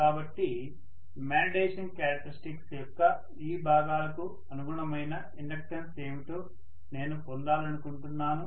కాబట్టి magnetisation characteristics యొక్క ఈ భాగాలకు అనుగుణమైన ఇండక్టెన్స్ ఏమిటో నేను పొందాలనుకుంటున్నాను